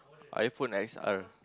iPhone X_R